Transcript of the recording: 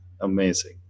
Amazing